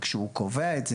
וכשהוא קובע את זה,